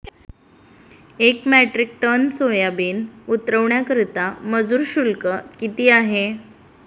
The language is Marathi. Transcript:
एक मेट्रिक टन सोयाबीन उतरवण्याकरता मजूर शुल्क किती आहे?